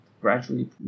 Gradually